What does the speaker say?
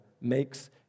makes